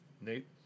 Nate